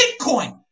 Bitcoin